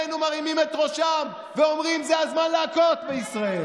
אויבינו מרימים את ראשם ואומרים: זה הזמן להכות בישראל.